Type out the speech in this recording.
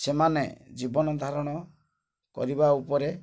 ସେମାନେ ଜୀବନ ଧାରଣ କରିବା ଉପରେ